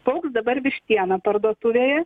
paaugs dabar vištiena parduotuvėje